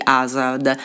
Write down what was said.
Hazard